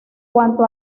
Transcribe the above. cuanto